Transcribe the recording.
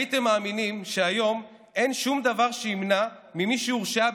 הייתם מאמינים שהיום אין שום דבר שימנע ממי שהורשעה